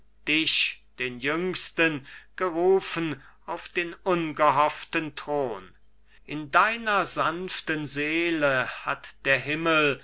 dich den jüngsten gerufen auf den ungehofften thron in deiner sanften seele hat der himmel